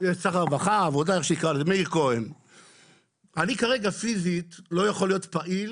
אני כרגע לא יכול להיות פעיל